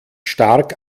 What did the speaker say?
stark